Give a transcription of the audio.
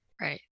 Right